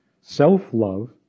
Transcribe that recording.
Self-love